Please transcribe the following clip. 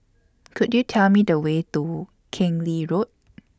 Could YOU Tell Me The Way to Keng Lee Road